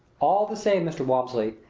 all the same, mr. walmsley,